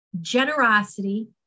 generosity